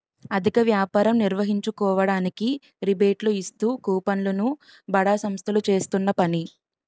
అధిక వ్యాపారం నిర్వహించుకోవడానికి రిబేట్లు ఇస్తూ కూపన్లు ను బడా సంస్థలు చేస్తున్న పని